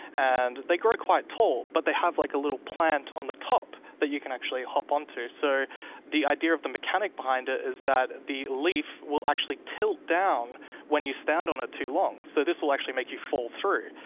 and they grow quite tall, but they have like a little plant on the top that you can actually hop onto. so the idea of the mechanic behind it is that the leaf will actually tilt down when you stand on it too long. so this will actually make you fall through.